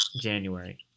January